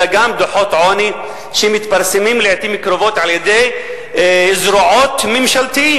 אלא גם דוחות עוני שמתפרסמים לעתים קרובות על-ידי זרועות ממשלתיות,